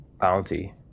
bounty